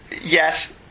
Yes